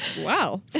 wow